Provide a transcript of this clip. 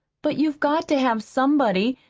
but you've got to have somebody,